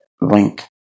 link